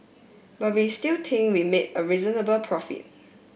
but we still think we made a reasonable profit